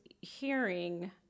hearing